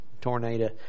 Tornado